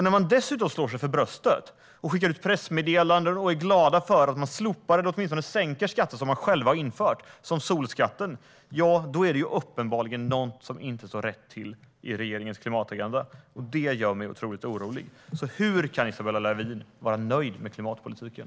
När man dessutom slår sig för bröstet, skickar ut pressmeddelanden och är glad för att man slopar eller sänker skatter man själv har infört, som solskatten, är det uppenbart något som inte står rätt till i regeringens klimatagenda. Det gör mig orolig. Hur kan Isabella Lövin vara nöjd med klimatpolitiken?